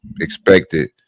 expected